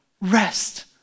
Rest